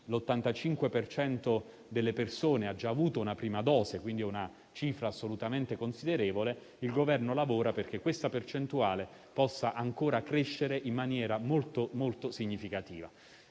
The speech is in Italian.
scolastico ha già avuto una prima dose (una cifra assolutamente considerevole), e il Governo lavora perché questa percentuale possa ancora crescere in maniera molto significativa.